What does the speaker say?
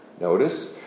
notice